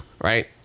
right